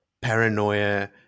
paranoia